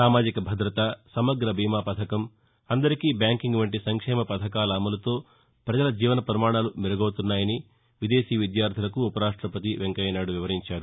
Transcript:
సామాజిక భద్రత సమగ్ర బీమా పథకం అందరికీ బ్యాంకింగ్ వంటి సంక్షేమ పథకాల అమలుతో ప్రపజల జీవన ఘమాణాలు మెరుగపుతున్నాయని విదేశీ విద్యార్యలకు ఉప రాష్టపతి వెంకయ్యనాయుడు వివరించారు